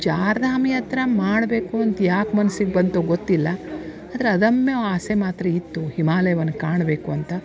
ಚಾರ್ಧಾಮ ಯಾತ್ರ ಮಾಡಬೇಕು ಅಂತ ಯಾಕೆ ಮನ್ಸಿಗೆ ಬಂತೋ ಗೊತ್ತಿಲ್ಲ ಆದ್ರ ಅದಮ್ಯ ಆಸೆ ಮಾತ್ರ ಇತ್ತು ಹಿಮಾಲಯವನ್ನ ಕಾಣಬೇಕು ಅಂತ